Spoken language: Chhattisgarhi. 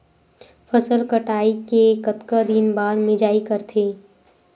फसल कटाई के कतका दिन बाद मिजाई करथे?